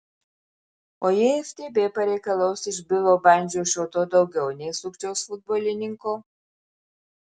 o jei ftb pareikalaus iš bilo bandžio šio to daugiau nei sukčiaus futbolininko